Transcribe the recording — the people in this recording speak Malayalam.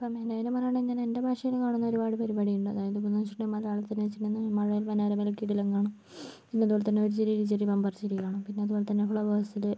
ഇപ്പോൾ എൻ്റെ കാര്യം പറയുകയാണെങ്കി എൻ്റെ ഭാഷയിൽ കാണുന്ന ഒരുപാട് പരുപാടികളുണ്ട് അതായത് ഇപ്പോൾ എന്ന് വെച്ചിട്ടുണ്ടെങ്കിൽ മലയാളത്തിലെന്ന് വെച്ചിട്ടുണ്ടെങ്കിൽ മഴവിൽ മനോരമയിൽ കിടിലം കാണും അതുപോലെ തന്നെ ഒരു ചിരി ഇരു ചിരി ബമ്പർ ചിരി കാണും പിന്നെ അതുപോലെ തന്നെ ഫ്ലവേർസിൽ